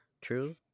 true